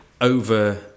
over